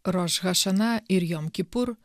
roš hašana ir jom kipur